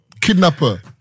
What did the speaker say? Kidnapper